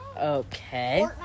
Okay